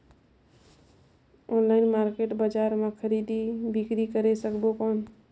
Online market बजार मां खरीदी बीकरी करे सकबो कौन?